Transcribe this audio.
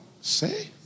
say